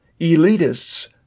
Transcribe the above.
elitists